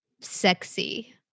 sexy